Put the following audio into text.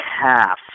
half